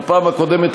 בפעם הקודמת,